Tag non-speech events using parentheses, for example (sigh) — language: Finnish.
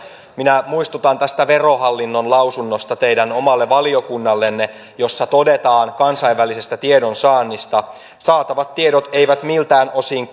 minä muistutan verohallinnon lausunnosta teidän omalle valiokunnallenne jossa todetaan kansainvälisestä tiedonsaannista saatavat tiedot eivät miltään osin (unintelligible)